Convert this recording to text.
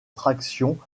traction